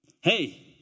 Hey